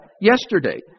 yesterday